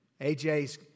AJ's